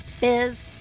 Biz